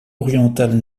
orientales